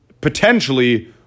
potentially